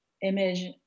image